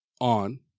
on